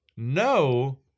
No